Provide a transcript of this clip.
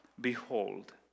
behold